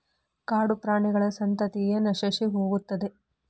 ಕಾಡುಪ್ರಾಣಿಗಳ ಸಂತತಿಯ ನಶಿಸಿಹೋಗುತ್ತದೆ